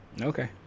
Okay